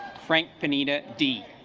frank pineda d